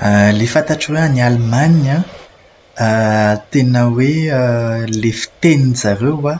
Ilay fantatro hoe any Alemana an, tena hoe ilay fitenin'izareo an,